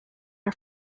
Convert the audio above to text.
are